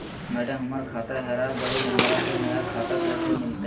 madam, हमर खाता हेरा गेलई, हमरा नया खाता कैसे मिलते